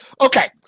okay